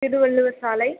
திருவள்ளுவர் சாலை